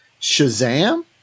Shazam